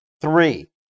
three